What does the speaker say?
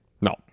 No